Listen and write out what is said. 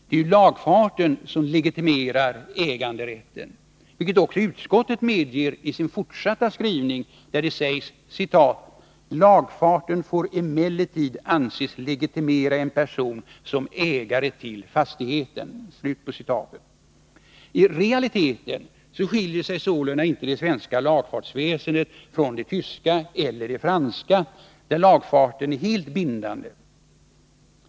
Det är ju lagfarten som legitimerar äganderätten, vilket också utskottet medger i sin fortsatta skrivning, där det sägs: ”Lagfarten anses emellertid legitimera en person som ägare till fastigheten.” I realiteten skiljer sig sålunda inte det svenska lagfartsväsendet från det tyska eller det franska, där lagfarten är helt bindande.